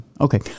Okay